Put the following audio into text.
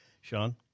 Sean